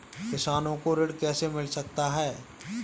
किसानों को ऋण कैसे मिल सकता है?